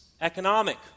economic